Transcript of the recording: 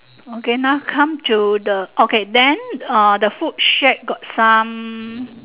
okay now come to the okay then uh the food shack got some